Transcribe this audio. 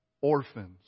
orphans